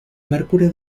mercury